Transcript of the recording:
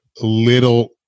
little